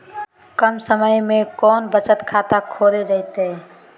कम समय में कौन बचत खाता खोले जयते?